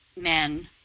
men